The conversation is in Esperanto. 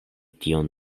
tion